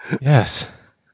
Yes